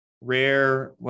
rare